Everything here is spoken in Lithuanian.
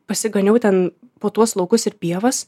pasiganiau ten po tuos laukus ir pievas